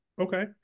okay